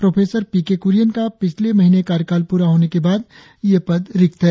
pro P K Kurien का पिछले महीने कार्यकाल प्ररा होने के बाद से ये पद रिक्त है